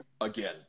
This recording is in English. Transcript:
again